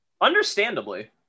Understandably